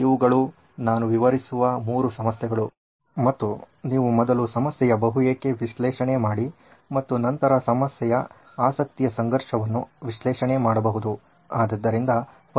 ಇವುಗಳು ನಾನು ವಿವರಿಸುವ 3 ಸಮಸ್ಯೆಗಳು ಮತ್ತು ನೀವು ಮೊದಲು ಸಮಸ್ಯೆಯ ಬಹು ಏಕೆ ವಿಶ್ಲೇಷಣೆ ಮಾಡಿ ಮತ್ತು ನಂತರ ಸಮಸ್ಯೆಯ ಆಸಕ್ತಿಯ ಸಂಘರ್ಷವನ್ನು ವಿಶ್ಲೇಷಣೆ ಮಾಡಬಹುದು